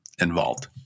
involved